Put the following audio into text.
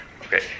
Okay